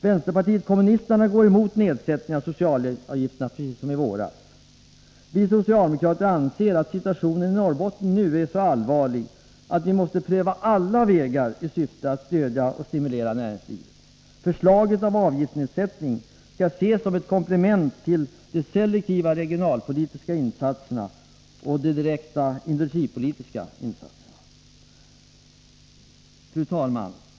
Vänsterpartiet kommunisterna går emot nedsättningen av socialavgifterna, precis som i våras. Vi socialdemokrater anser att situationen i Norrbotten är så allvarlig, att vi måste pröva alla vägar i syfte att stödja och stimulera näringslivet. Förslaget om avgiftsnedsättning skall ses som ett komplement till selektiva regionalpolitiska insatser och direkta industripolitiska insatser. Fru talman!